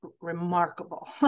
remarkable